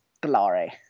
glory